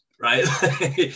right